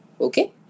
okay